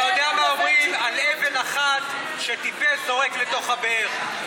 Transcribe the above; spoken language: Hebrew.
אתה יודע מה אומרים על אבן אחת שטיפש זורק לתוך הבאר.